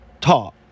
talk